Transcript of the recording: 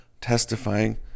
testifying